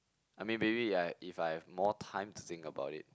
I mean maybe like if I have more time to think about it